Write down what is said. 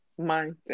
Mindset